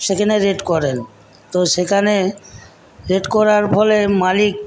সেখানে রেড করেন তো সেখানে রেড করার ফলে মালিক